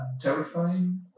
terrifying